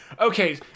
Okay